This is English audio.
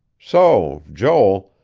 so, joel,